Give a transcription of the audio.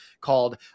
called